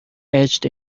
edged